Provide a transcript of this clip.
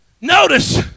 Notice